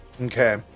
okay